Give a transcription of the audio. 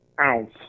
ounce